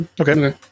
Okay